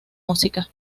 música